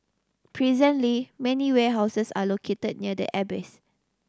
presently many warehouses are located near the airbase